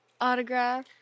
autograph